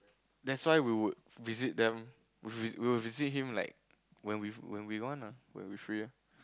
that's why we would visit them we we will visit him like when we when we want ah when we free